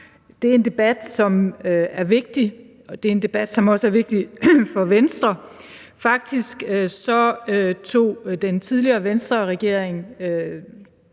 Det er en debat, som er vigtig, og det er en debat, som også er vigtig for Venstre. Faktisk tog den tidligere Venstreregering